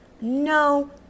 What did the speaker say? no